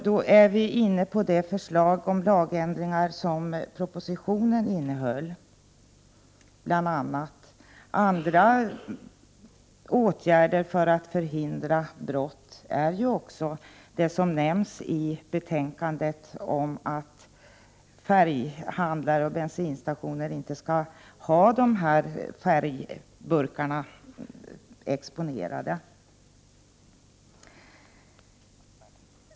Då är vi inne på det förslag om lagändringar som propositionen innehåller. Andra åtgärder för att förhindra brott, som nämns i betänkandet är att färghandlare och bensinstationer inte skall ha färgburkarna exponerade.